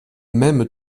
même